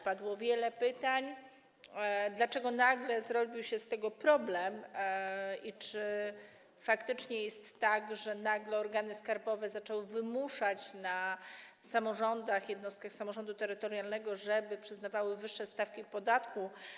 Padło wiele pytań, dlaczego nagle zrobił się z tego problem i czy faktycznie jest tak, że nagle organy skarbowe zaczęły wymuszać na samorządach, jednostkach samorządu terytorialnego, żeby przyznawały wyższe stawki podatku.